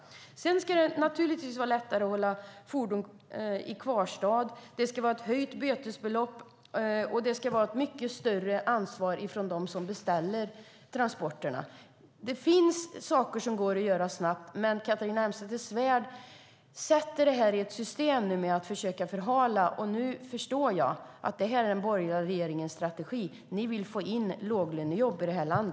Det ska givetvis också vara lättare att hålla fordon i kvarstad, bötesbeloppet ska höjas och de som beställer transporterna ska ta ett mycket större ansvar. Det finns saker som går snabbt att göra, men Catharina Elmsäter-Svärd sätter i system att försöka förhala. Jag förstår att det är den borgerliga regeringens strategi, för ni vill få in låglönejobb i vårt land.